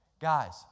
Guys